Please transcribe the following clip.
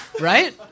right